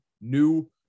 new